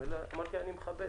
אמרתי: אני מכבד.